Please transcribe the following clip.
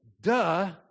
duh